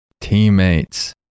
teammates